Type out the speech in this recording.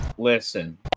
listen